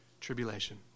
tribulation